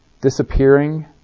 disappearing